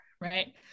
right